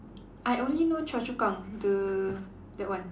I only know Choa-Chu-Kang the that one